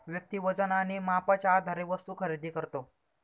व्यक्ती वजन आणि मापाच्या आधारे वस्तू खरेदी करतो